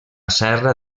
serra